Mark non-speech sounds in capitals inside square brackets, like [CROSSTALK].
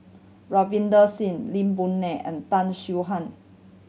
Ravinder Singh Lee Boon [UNINTELLIGIBLE] and Tan [UNINTELLIGIBLE] Han